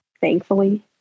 thankfully